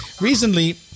recently